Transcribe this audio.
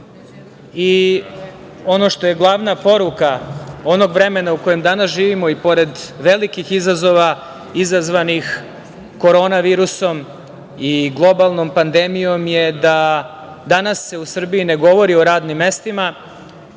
što je glavna poruka onog vremena u kojem danas živimo i pored velikih izazova, izazvanih korona virusom i globalno pandemijom je da danas se u Srbiji ne govori o radnim mestima